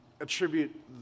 attribute